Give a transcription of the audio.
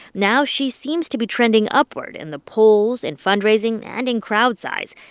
now she seems to be trending upward in the polls, in fundraising and in crowd size.